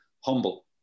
humble